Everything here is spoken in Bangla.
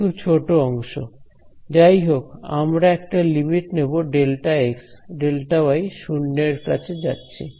এটা খুব ছোট অংশ যাই হোক আমরা একটি লিমিট নেব Δx Δy শূন্যের কাছে যাচ্ছে